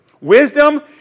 Wisdom